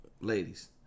Ladies